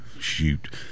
Shoot